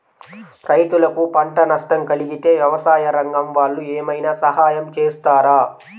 రైతులకు పంట నష్టం కలిగితే వ్యవసాయ రంగం వాళ్ళు ఏమైనా సహాయం చేస్తారా?